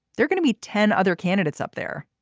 they're going to be ten other candidates up there.